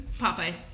Popeyes